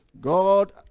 God